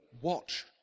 watch